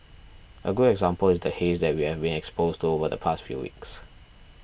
a good example is the haze that we have been exposed to over the past few weeks